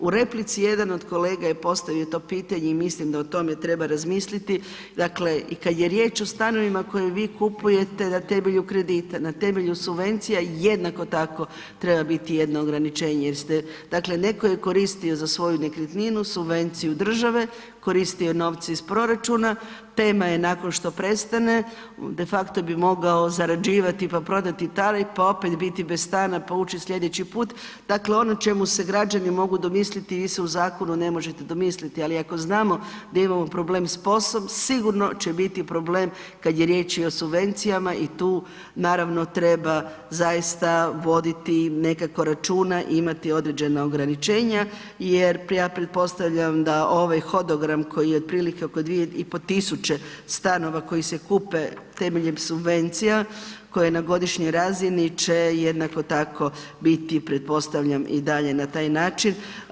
U replici jedan od kolega je postavio to pitanje i mislim da o tome treba razmisliti dakle i kad je riječ o stanovima koje vi kupujete na temelju kredita, na temelju subvencija, jednako tako treba biti jedno ograničenje jer ste dakle, netko je koristio za svoju nekretninu subvenciju države, koristio nove iz proračuna, tema je nakon što prestane de facto bi mogao zarađivati pa prodati ... pa opet biti bez stana pa uči slijedeći put, dakle ono o čemu se građani mogu domisliti, vi se u zakonu ne možete domisliti ali ako znamo da imamo problem sa POS-om, sigurno će bit problem kad je riječ i o subvencijama i tu naravno treba zaista voditi nekako računa i imati određena ograničenja jer ja pretpostavljam da ovaj hodogram koji je otprilike oko 2.500 stanova koji se kupe temeljem subvencija koje na godišnjoj razini će jednako tako biti pretpostavljam i dalje na taj način.